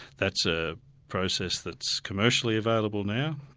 that's a process that's commercially available now.